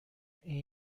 این